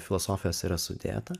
filosofijos yra sudėta